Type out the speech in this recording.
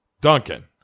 Duncan